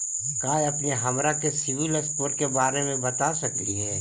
का अपने हमरा के सिबिल स्कोर के बारे मे बता सकली हे?